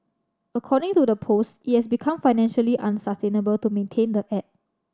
according to the post it has become financially unsustainable to maintain the app